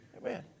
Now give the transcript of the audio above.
man